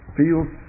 feels